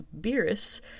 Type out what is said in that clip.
Beerus